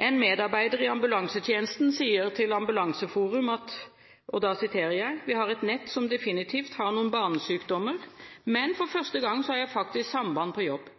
En medarbeider i ambulansetjenesten sier til Ambulanseforum: «Vi har et nett som definitivt har noen barnesykdommer, men for første gang så har jeg faktisk samband på jobb.